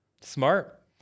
Smart